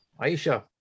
Aisha